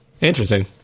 interesting